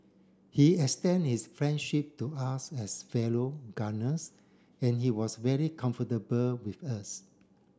he extend his friendship to us as fellow gunners and he was very comfortable with us